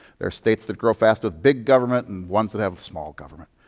there are states that grow fast with big government and ones that have small government.